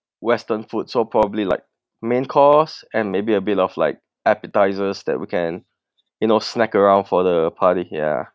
western food so probably like main course and maybe a bit of like appetisers that we can you know snack around for the party here